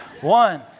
One